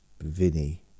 Vinny